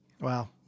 Wow